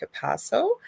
capasso